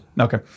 Okay